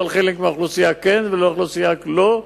ולא על חלק מהאוכלוסייה כן ועל חלק מהאוכלוסייה לא.